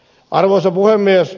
arvoisa puhemies